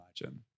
imagine